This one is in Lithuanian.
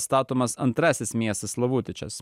statomas antrasis miestas slovutičas